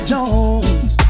Jones